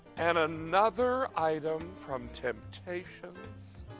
and another item from temptations.